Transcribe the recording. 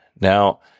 now